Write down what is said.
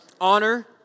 honor